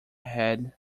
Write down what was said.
had